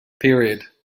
period